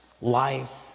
life